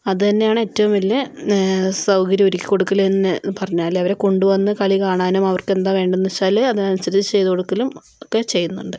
അത് തന്നെയാണ് ഏറ്റവും വലിയ സൗകര്യം ഒരുക്കി കൊടുക്കൽ എന്ന് പറഞ്ഞാൽ അവരെ കൊണ്ട് വന്ന് കളി കാണാനും അവർക്ക് എന്താ വേണ്ടതെന്ന് വെച്ചാൽ അതിന് അനുസരിച്ച് ചെയ്ത് കൊടുക്കലും ഒക്കേ ചെയ്യുന്നുണ്ട്